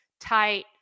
tight